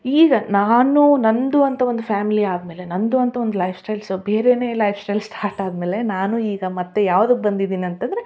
ಈಗ ನಾನು ನಂದು ಅಂತ ಒಂದು ಫ್ಯಾಮ್ಲಿ ಆದಮೇಲೆ ನಂದು ಅಂತ ಒಂದು ಲೈಫ್ ಸ್ಟೈಲ್ ಸೊ ಬೇರೇನೆ ಲೈಫ್ ಸ್ಟೈಲ್ ಸ್ಟಾರ್ಟ್ ಆದಮೇಲೆ ನಾನು ಈಗ ಮತ್ತು ಯಾವ್ದಕ್ಕೆ ಬಂದಿದೀನಿ ಅಂತಂದರೆ